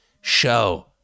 show